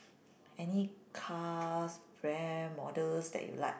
any cars brand models that you like